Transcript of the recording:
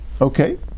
Okay